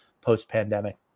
post-pandemic